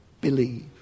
Believe